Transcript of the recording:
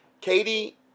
Katie